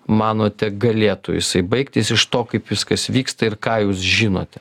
manote galėtų jisai baigtis iš to kaip viskas vyksta ir ką jūs žinote